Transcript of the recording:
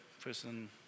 person